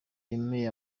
yemeye